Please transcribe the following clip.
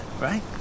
right